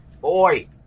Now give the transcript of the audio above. Boy